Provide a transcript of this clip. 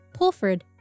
Pulford